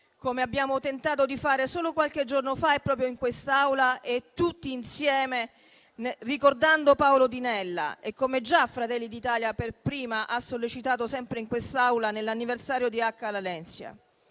come abbiamo tentato di fare solo qualche giorno fa proprio in quest'Aula tutti insieme, ricordando Paolo Di Nella, come già Fratelli d'Italia per prima ha sollecitato sempre in quest'Aula nell'anniversario di Acca Larenzia.